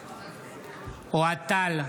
בעד אוהד טל,